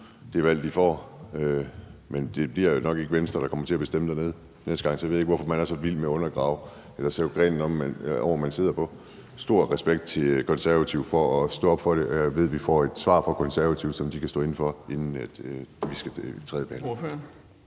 det valg, de får, men det bliver jo nok ikke Venstre, der kommer til at bestemme dernede næste gang. Så jeg ved ikke, hvorfor man er så vild med at save grenen, man sidder på, over. Stor respekt til Konservative for at stå fast på det, og jeg ved, vi får et svar fra Konservative, som de kan stå inde for, inden vi skal tredjebehandle.